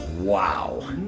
Wow